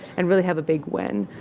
and really have a big win.